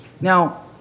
Now